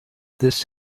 this